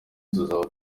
tuzaba